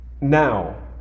now